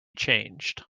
changed